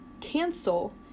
cancel